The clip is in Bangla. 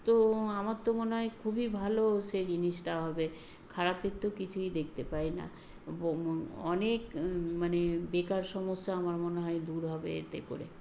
তো আমার তো মনে হয় খুবই ভালো সে জিনিসটা হবে খারাপের তো কিছুই দেখতে পাই না অনেক মানে বেকার সমস্যা আমার মনে হয় দূর হবে এতে করে